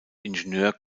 ingenieur